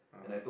(uh huh)